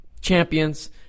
champions